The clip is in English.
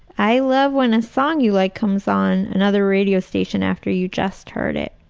i love when a song you like comes on another radio station after you just heard it.